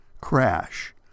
crash